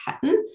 pattern